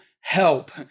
help